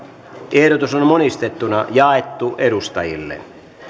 ehdotus on monistettuna jaettu edustajille